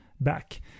back